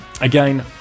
again